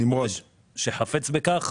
אם יש מי שחפץ בכך